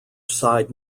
side